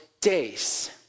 days